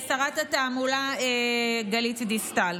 שרת התעמולה גלית דיסטל.